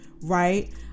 right